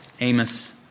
Amos